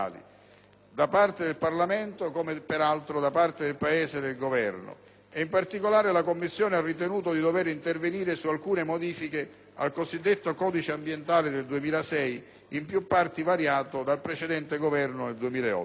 da parte del Parlamento come, peraltro, da parte del Paese e del Governo. In particolare, la Commissione ha ritenuto di dover intervenire su alcune modifiche al cosiddetto codice ambientale del 2006, in più parti variato dal precedente Governo nel 2008.